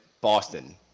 Boston